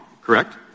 correct